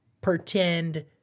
pretend